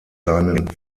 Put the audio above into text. seinen